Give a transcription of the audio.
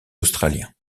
australiens